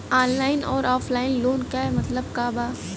Online अउर offline loan क मतलब का बा?